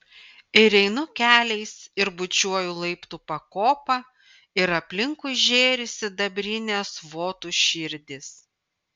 ir einu keliais ir bučiuoju laiptų pakopą ir aplinkui žėri sidabrinės votų širdys